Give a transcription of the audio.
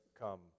come